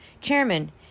Chairman